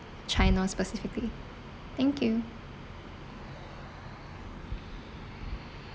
china specifically thank you